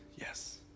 Yes